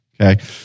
Okay